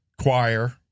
choir